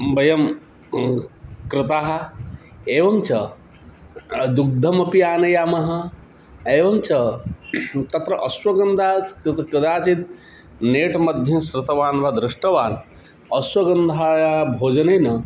वयं कृताः एवञ्च दुग्धमपि आनयामः एवं च तत्र अश्वगन्धात् स् क्द् कदाचित् नेट् मध्ये शृतवान् वा दृष्टवान् अश्वगन्धाया भोजनेन